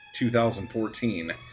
2014